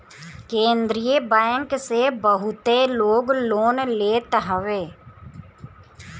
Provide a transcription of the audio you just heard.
केंद्रीय बैंक से बहुते लोग लोन लेत हवे